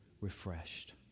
refreshed